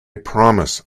promise